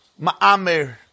ma'amir